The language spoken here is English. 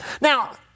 Now